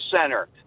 center